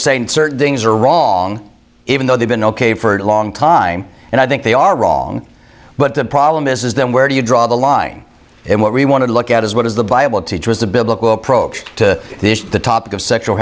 saying certain things are wrong even though they've been ok for a long time and i think they are wrong but the problem is is that where do you draw the line in what we want to look at is what does the bible teach was the biblical approach to the topic of sexual